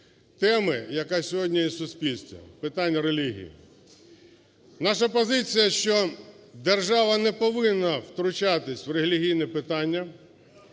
теми, яка сьогодні є в суспільстві, - питання релігії. Наша позиція, що держава не повинна втручатися в релігійне питання.